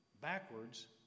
backwards